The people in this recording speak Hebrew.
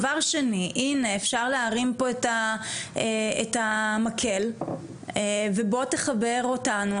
דבר שני אפשר להרים פה את המקל ובוא תחבר אותנו,